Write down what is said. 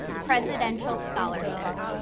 presidential scholarship.